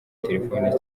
telefoni